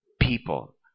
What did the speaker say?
People